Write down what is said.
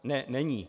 Ne, není.